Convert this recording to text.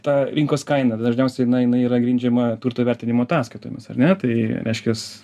ta rinkos kaina dažniausiai na jinai yra grindžiama turto vertinimo ataskaitomis ar ne tai reiškias